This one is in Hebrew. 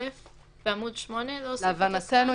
מעצר.